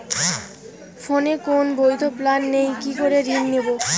ফোনে কোন বৈধ প্ল্যান নেই কি করে ঋণ নেব?